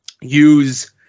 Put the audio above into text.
use